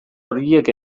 horiek